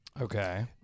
Okay